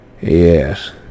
Yes